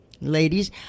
ladies